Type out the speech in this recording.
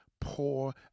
poor